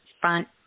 front